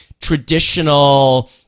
traditional